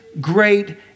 great